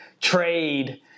trade